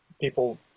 people